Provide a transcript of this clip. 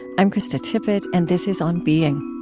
i'm krista tippett and this is on being